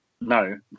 no